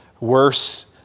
worse